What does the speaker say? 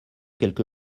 quelque